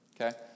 Okay